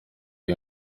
iyi